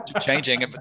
changing